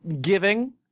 giving